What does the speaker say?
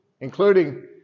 including